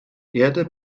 erde